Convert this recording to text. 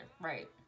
right